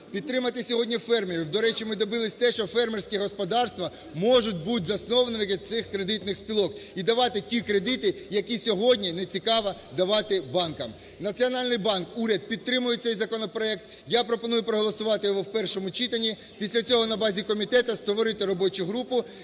підтримати сьогодні фермерів. До речі, ми добилися того, що фермерські господарства можуть бути засновниками цих кредитних спілок і давати ті кредити, які сьогодні не цікаво давати банкам. Національний банк, уряд, підтримують цей законопроект. Я пропоную проголосувати його в першому читанні. Після цього на базі комітету створити робочу групу